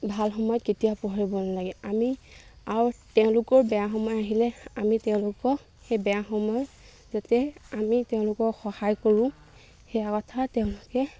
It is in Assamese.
ভাল সময় কেতিয়া পঢ়িব নালাগে আমি আৰু তেওঁলোকৰ বেয়া সময় আহিলে আমি তেওঁলোকক সেই বেয়া সময় যাতে আমি তেওঁলোকক সহায় কৰোঁ সেয়া কথা তেওঁলোকে